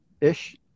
ish